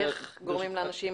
אנחנו בתהליך,